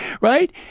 right